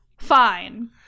fine